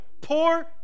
poor